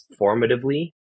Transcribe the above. formatively